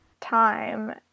time